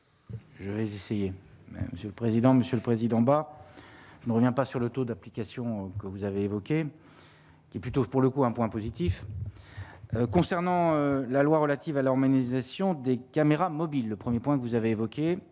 Je vais essayer, monsieur le président, Monsieur le Président, bah je ne reviens pas sur le taux d'application que vous avez évoqués, qui est plutôt pour le coup, un point positif. Concernant la loi relative à l'mais nisation des caméras mobiles le 1er point vous avez évoqué